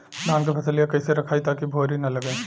धान क फसलिया कईसे रखाई ताकि भुवरी न लगे?